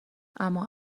اما